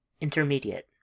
Intermediate